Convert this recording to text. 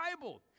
Bible